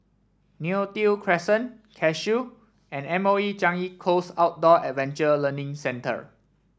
Neo Tiew Crescent Cashew and M O E Changi Coast Outdoor Adventure Learning Centre